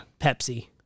Pepsi